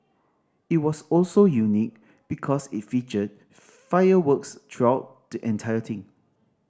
it was also unique because it featured fireworks throughout the entire thing